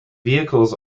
vehicles